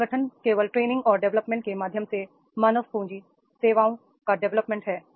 संगठन केवल training और डेवलपमेंट के माध्यम से मानव पूंजी सेवाओं का डेवलपमेंट है